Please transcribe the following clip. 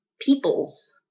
peoples